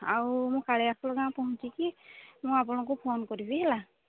ଆଉ ମୁଁ କାଳିଆସୁନା ପହଞ୍ଚିକି ମୁଁ ଆପଣଙ୍କୁ ଫୋନ୍ କରିବି ହେଲା